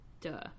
Duh